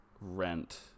rent